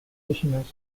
practitioners